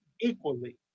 equally